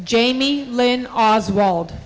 jamie lynn oswald